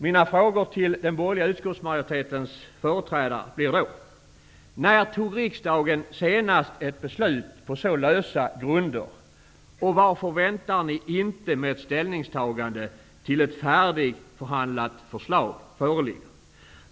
Mina frågor till den borgerliga utskottsmajoritetens företrädare är följande. När fattade riksdagen senast ett beslut på så lösa grunder? Varför kan vi inte vänta med ett ställningstagande tills det föreligger ett färdigförhandlat förslag?